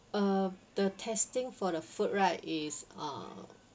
uh the testing for the food right is uh